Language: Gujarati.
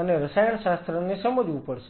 અને રસાયણશાસ્ત્રને સમજવું પડશે